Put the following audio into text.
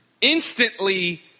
instantly